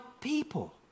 people